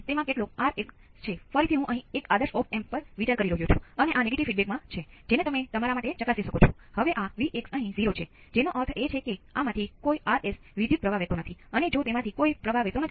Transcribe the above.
તેથી આ એક સ્પર્શક હશે અને તે બરાબર જેટલું જ છે